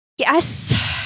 Yes